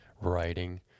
writing